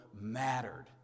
mattered